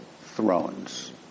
thrones